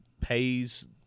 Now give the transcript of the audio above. pays